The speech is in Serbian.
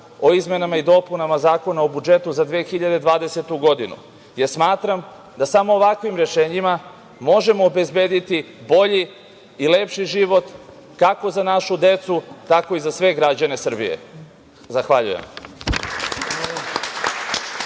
o izmenama i dopunama Zakona o budžetu za 2020. godinu, jer smatram da samo ovakvim rešenjima možemo obezbediti bolji i lepši život, kako za našu decu, tako i za sve građane Srbije. Zahvaljujem.